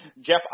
Jeff